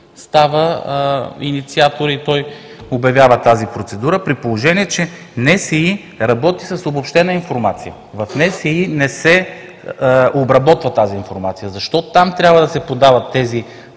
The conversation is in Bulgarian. става инициатор и той обявява тази процедура, при положение че НСИ работи с обобщена информация? В НСИ не се обработва тази информация. Защо там трябва да се подава това,